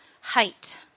Height